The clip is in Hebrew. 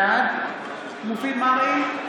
בעד מופיד מרעי,